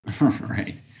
Right